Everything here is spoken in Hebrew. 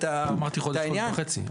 את העניין --- לא אמרתי חודש-חודש וחצי.